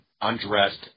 undressed